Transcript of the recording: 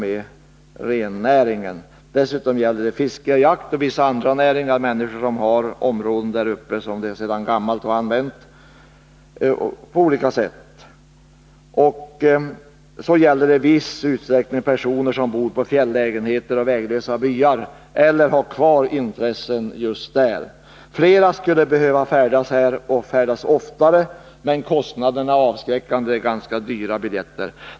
Det gäller här också människor som utövar fiske och jakt och vissa andra näringar och som har områden här uppe sedan gammalt. I viss utsträckning gäller det också personer som bor på fjällägenheter och i väglösa byar eller har kvar intressen just där. Flera skulle behöva färdas inom det här området, och färdas oftare. Men kostnaderna är avskräckande, för det är fråga om ganska dyra biljetter.